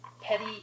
Petty